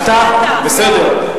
בסדר.